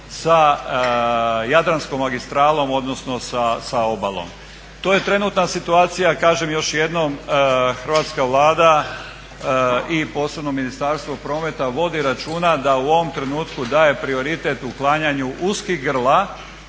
sa Jadranskom magistralom odnosno sa obalom. To je trenutna situacija, kažem još jednom, hrvatska Vlada i posebno Ministarstvo prometa vodi računa da u ovom trenutku daje prioritet uklanjanju uskih grla